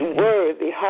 worthy